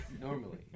Normally